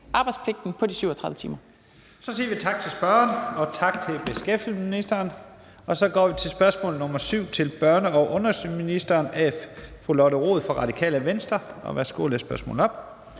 arbejdspligten på de 37 timer.